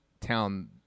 town